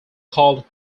called